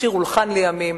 השיר הולחן לימים,